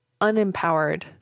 unempowered